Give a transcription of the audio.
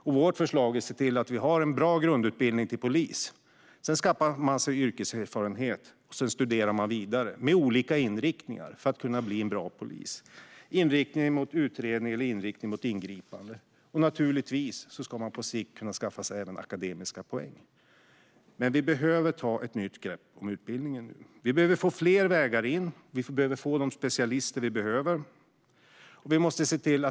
Vårt förslag är att man ska se till att ha en bra grundutbildning för att bli polis. Senare skaffar man sig yrkeserfarenhet, och sedan kan man studera vidare med olika inriktningar - detta för att kunna bli en bra polis. Man kan inrikta sig på utredning eller på ingripande. På sikt ska man naturligtvis även kunna skaffa sig akademiska poäng. Men vi behöver ta ett nytt grepp om utbildningen nu. Det behövs fler vägar in. Vi behöver få de specialister som krävs.